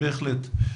בהחלט.